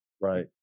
right